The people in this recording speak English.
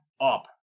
up